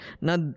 Now